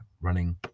running